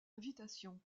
invitation